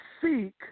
seek